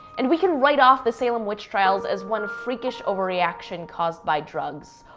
and we can write off the salem witch trials as one freakish overreaction caused by drugs,